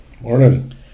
Morning